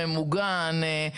ממוגן.